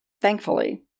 thankfully